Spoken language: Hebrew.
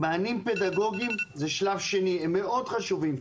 מענים פדגוגיים זה שלב שני הם מאוד חשובים,